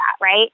right